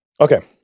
Okay